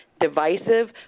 divisive